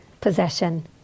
possession